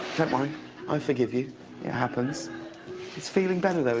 i forgive you, it happens, it is feeling better,